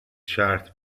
شرط